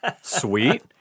Sweet